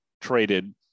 traded